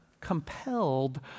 compelled